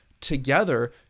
together